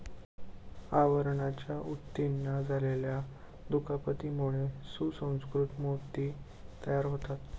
आवरणाच्या ऊतींना झालेल्या दुखापतीमुळे सुसंस्कृत मोती तयार होतात